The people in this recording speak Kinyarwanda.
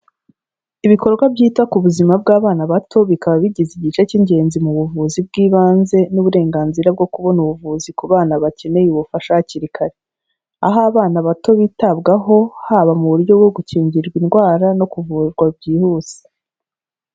Ibikorwa byita ku buzima bw'abana bato bikaba bigize igice cy'ingenzi mu buvuzi bw'ibanze n'uburenganzira bwo kubona ubuvuzi ku bana bakeneye ubufasha hakiri kare, aho abana bato bitabwaho, haba mu buryo bwo gukingirwa indwara no kuvurwa byihuse.